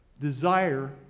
desire